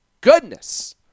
goodness